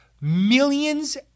millions